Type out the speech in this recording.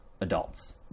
adults